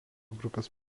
grupės